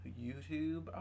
youtube